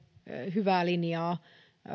hyvää linjaa